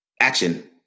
action